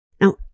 Now